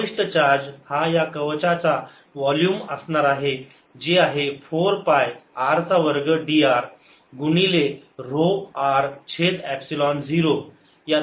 समाविष्ट चार्ज हा या कवचाचा वोल्युम असणार आहे जे आहे 4 पाय r चा वर्ग dr गुणिले ऱ्हो r छेद एपसिलोन 0